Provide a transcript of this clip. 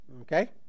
Okay